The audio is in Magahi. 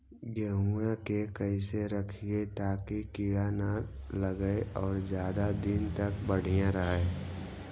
गेहुआ के कैसे रखिये ताकी कीड़ा न लगै और ज्यादा दिन तक बढ़िया रहै?